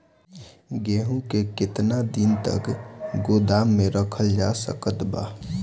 गेहूँ के केतना दिन तक गोदाम मे रखल जा सकत बा?